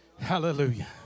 Hallelujah